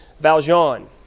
Valjean